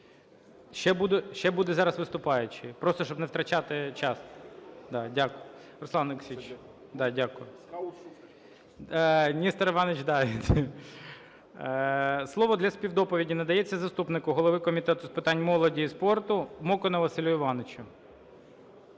Ще буде зараз виступаючий. Просто, щоб не втрачати час. Дякую. Руслан Олексійович. Да. Дякую. Слово для співдоповіді надається заступнику голови Комітету з питань молоді і спорту Мокану Василю Івановичу.